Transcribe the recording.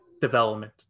development